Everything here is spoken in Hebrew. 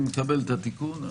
אני מקבל את התיקון.